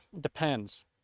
depends